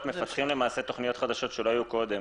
מפתחים תכניות חדשות שלא היו קודם.